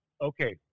Okay